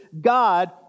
God